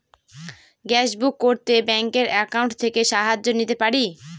Gas book করতে ব্যাংকের account থেকে সাহায্য নিতে পারি?